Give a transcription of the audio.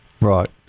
Right